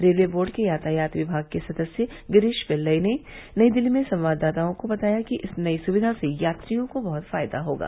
railway board के यातायात विभाग के सदस्य गिरीष पिल्लई ने नई दिल्ली में संवाददाताओं को बताया कि इस नई सुविधा से यात्रियों को बहुत फायदा होगा